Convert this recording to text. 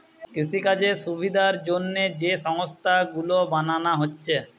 কৃষিকাজের সুবিধার জন্যে যে সংস্থা গুলো বানানা হচ্ছে